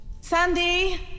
Sandy